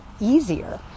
easier